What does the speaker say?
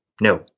no